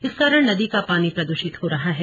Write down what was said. इस कारण नदी का पानी प्रद्रषित हो रहा है